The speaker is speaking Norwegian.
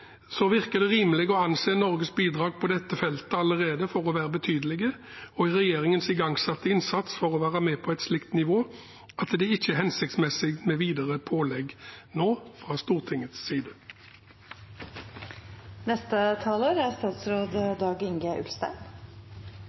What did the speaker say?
virker det rimelig å anse Norges bidrag på dette feltet for å være betydelige allerede, og regjeringens igangsatte innsats for å være med på et slikt nivå tilsier at det ikke er hensiktsmessig med videre pålegg nå fra Stortingets